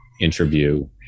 interview